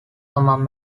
among